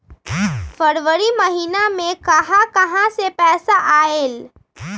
फरवरी महिना मे कहा कहा से पैसा आएल?